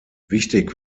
wichtig